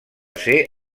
ser